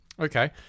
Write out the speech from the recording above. Okay